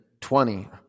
twenty